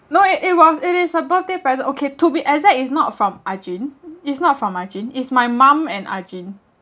no it it was it is a birthday present okay to be exact it's not from ah jin it's not from ah jin it's my mum and ah jin